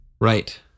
Right